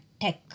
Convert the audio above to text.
tech